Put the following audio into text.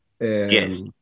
Yes